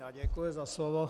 Já děkuji za slovo.